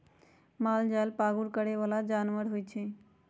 मालजाल पागुर करे बला जानवर होइ छइ